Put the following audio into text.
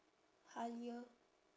Halia